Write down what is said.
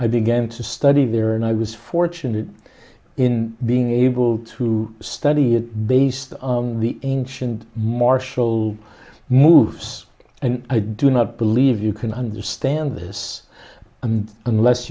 again to study there and i was fortunate in being able to study it based on the ancient martial moves and i do not believe you can understand this and unless